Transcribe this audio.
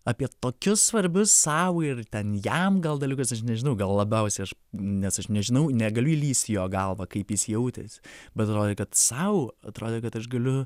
apie tokius svarbius sau ir ten jam gal dalykus aš nežinau gal labiausiai aš nes aš nežinau negaliu įlįst į jo galvą kaip jis jautėsi bet atrodė kad sau atrodė kad aš galiu